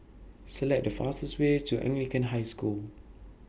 Select The fastest Way to Anglican High School